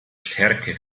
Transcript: stärke